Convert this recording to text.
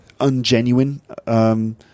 Ungenuine